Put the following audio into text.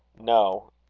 no,